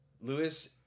Lewis